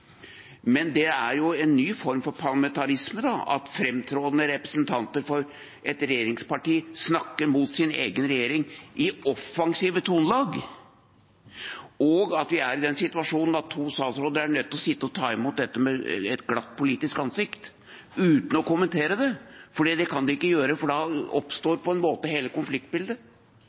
Men det er jo en ny form for parlamentarisme at framtredende representanter for et regjeringsparti snakker mot sin egen regjering i offensive tonelag, og at vi er i den situasjonen at to statsråder er nødt til å sitte og ta imot dette med et glatt politisk ansikt, uten å kommentere det, for det kan de ikke gjøre, for da oppstår på en måte hele konfliktbildet.